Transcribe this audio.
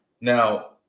Now